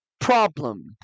problem